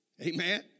Amen